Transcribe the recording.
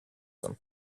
them